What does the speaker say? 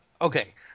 okay